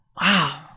Wow